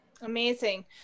amazing